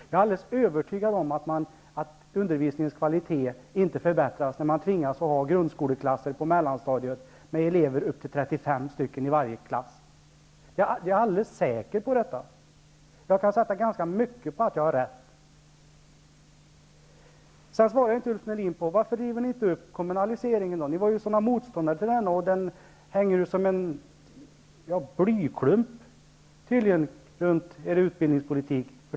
Jag är alldeles övertygad om att undervisningens kvalitet inte förbättras med grundskoleklasser på mellanstadiet med upp till 35 elever. Jag är säker på detta, och jag kan satsa ganska mycket på att jag har rätt. Ulf Melin svarade inte på frågan varför man inte river upp kommunaliseringen. Ni var starka motståndare till den, och den ligger för tillfället som en blyklump över er utbildningspolitik.